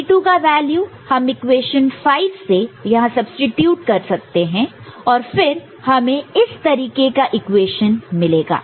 C2 का value हम equation 5 से यहां सब्सीट्यूट कर सकते हैं और फिर हमें इस तरीके का इक्वेशन मिलेगा